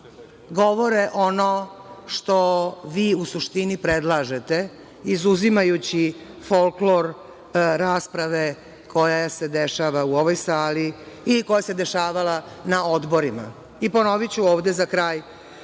govore ono što vi u suštini predlažete, izuzimajući folklor rasprave koja se dešava u ovoj sali i koja se dešavala na odborima. Ponoviću ovde za kraj,